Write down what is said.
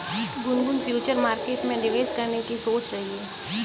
Gungun future market में निवेश करने की सोच रही है